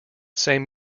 same